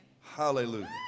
Hallelujah